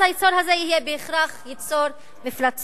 אז היצור הזה יהיה בהכרח יצור מפלצתי,